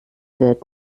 wird